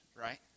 right